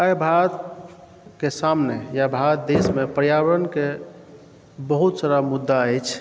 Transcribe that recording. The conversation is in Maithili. आइ भारतकेॅं सामने या भारत देशमे पर्यावरणके बहुत सारा मुद्दा अछि